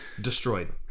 destroyed